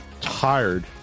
Tired